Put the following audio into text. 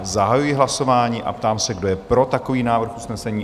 Zahajuji hlasování a ptám se, kdo je pro takový návrh usnesení?